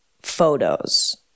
photos